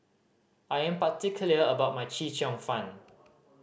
I am particular about my Chee Cheong Fun